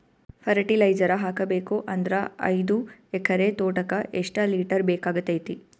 Fertiliser ಹಾಕಬೇಕು ಅಂದ್ರ ಐದು ಎಕರೆ ತೋಟಕ ಎಷ್ಟ ಲೀಟರ್ ಬೇಕಾಗತೈತಿ?